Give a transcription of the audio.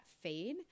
fade